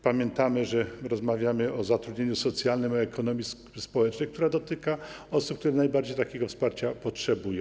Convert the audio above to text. Pamiętajmy, że rozmawiamy o zatrudnieniu socjalnym, o ekonomii społecznej, która dotyka osób, które najbardziej takiego wsparcia potrzebują.